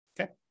Okay